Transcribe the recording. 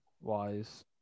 Wise